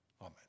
Amen